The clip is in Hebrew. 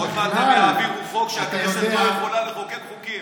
עוד מעט הם יעבירו חוק שהכנסת לא יכולה לחוקק חוקים,